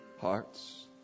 hearts